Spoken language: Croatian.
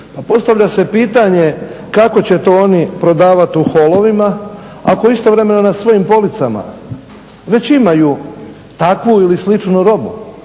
postavlja se pitanje kako će to oni prodavati u holovima ako istovremeno na svojim policama već imaju takvu ili sličnu robu,